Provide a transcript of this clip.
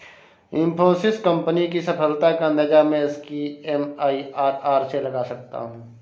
Infosys company की सफलता का अंदाजा मैं इसकी एम.आई.आर.आर से लगा सकता हूँ